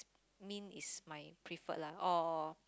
mint is my preferred lah or